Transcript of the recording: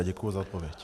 Děkuji za odpověď.